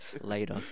later